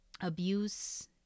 abuse